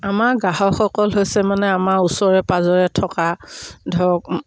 আমাৰ গ্ৰাহকসকল হৈছে মানে আমাৰ ওচৰে পাঁজৰে থকা ধৰক